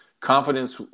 confidence